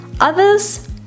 Others